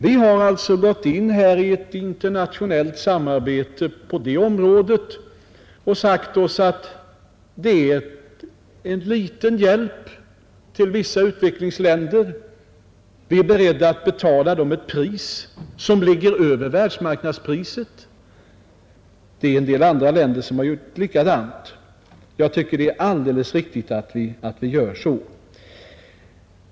Vi har gått in i ett internationellt samarbete på det området och sagt oss att det är en liten hjälp till vissa utvecklingsländer. Vi är beredda att betala dem ett pris som ligger över världsmarknadspriset. En del andra länder har gjort likadant. Jag tycker att det är alldeles riktigt att vi gör så.